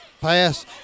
pass